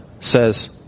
says